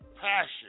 passion